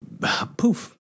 poof